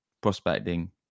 prospecting